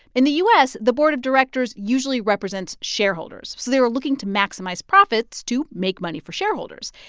in the u s, the board of directors usually represents shareholders, so they are looking to maximize profits to make money for shareholders.